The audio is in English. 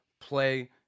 play